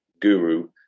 guru